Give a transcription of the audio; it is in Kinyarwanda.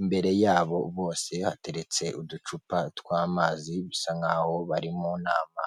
imbere yabo bose hateretse uducupa tw'amazi bisa nk'aho bari mu nama.